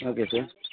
okay sir